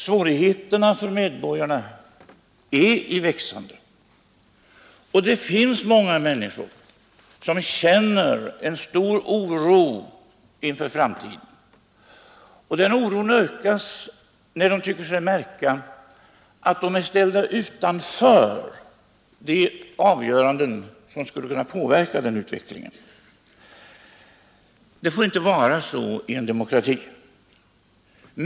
Svårigheterna för medborgarna är i växande, och det finns många människor som känner en stor oro inför framtiden. Den oron ökas när de tycker sig märka att de är ställda utanför de avgöranden som skulle kunna påverka den utvecklingen. Det får inte vara så i en demokrati.